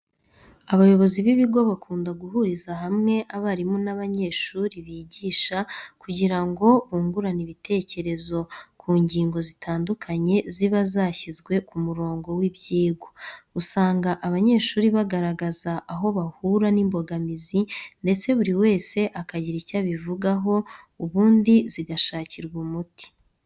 Abayobozi b'ibigo bakunda guhuriza hamwe abarimu n'abanyeshuri bigisha kugira ngo bungurane ibitekereza ku ngingo zitandukanye ziba zashyizwe ku murongo w'ibyigwa. Usanga abanyeshuri bagaragaza aho bahura n'imbogamizi ndetse buri wese akagira icyo abivugaho, ubundi zigashakirwa umuti.